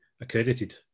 accredited